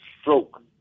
stroke